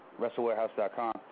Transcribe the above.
WrestleWarehouse.com